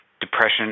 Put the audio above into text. Depression